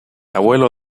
abuelo